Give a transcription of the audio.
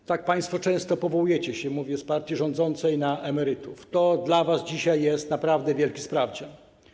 Tak często państwo powołujecie się - mówię o partii rządzącej - na emerytów, to dla was dzisiaj jest naprawdę wielki sprawdzian.